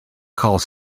calls